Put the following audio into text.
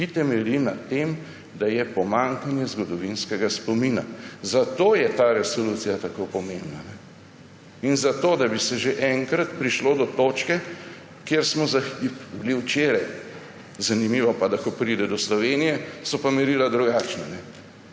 ki temelji na tem, da je pomanjkanje zgodovinskega spomina. Zato je ta resolucija tako pomembna. In zato, da bi se že enkrat prišlo do točke, kjer smo bili včeraj. Zanimivo, da ko pride do Slovenije, so pa merila drugačna.